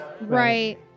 right